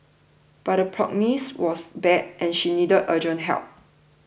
but the prognosis was bad and she needed urgent help